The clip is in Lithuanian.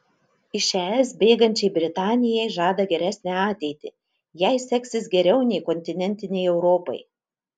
iš es bėgančiai britanijai žada geresnę ateitį jai seksis geriau nei kontinentinei europai